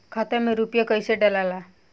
खाता में रूपया कैसे डालाला?